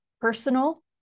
personal